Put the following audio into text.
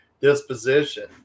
disposition